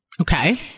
Okay